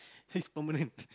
he's permanent